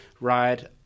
ride